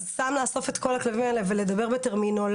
אז סתם לאסוף את הכלבים האלה ולדבר בטרמינולוגיה